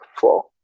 four